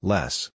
Less